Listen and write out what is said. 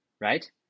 right